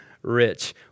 Rich